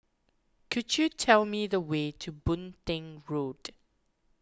could you tell me the way to Boon Teck Road